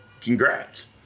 congrats